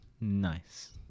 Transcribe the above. Nice